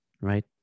Right